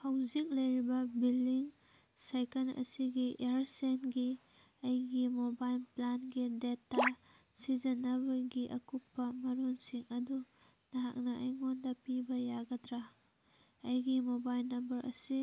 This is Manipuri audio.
ꯍꯧꯖꯤꯛ ꯂꯩꯔꯤꯕ ꯕꯤꯜꯂꯤꯡ ꯁꯥꯏꯀꯜ ꯑꯁꯤꯒꯤ ꯏꯌꯥꯔꯁꯦꯜꯒꯤ ꯑꯩꯒꯤ ꯃꯣꯕꯥꯏꯜ ꯄ꯭ꯂꯥꯟꯒꯤ ꯗꯦꯇꯥ ꯁꯤꯖꯤꯟꯅꯕꯒꯤ ꯑꯀꯨꯞꯄ ꯃꯔꯣꯜꯁꯤꯡ ꯑꯗꯨ ꯅꯍꯥꯛꯅ ꯑꯩꯉꯣꯟꯗ ꯄꯤꯕ ꯌꯥꯒꯗ꯭ꯔꯥ ꯑꯩꯒꯤ ꯃꯣꯕꯥꯏꯜ ꯅꯝꯕꯔ ꯑꯁꯤ